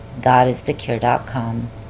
godisthecure.com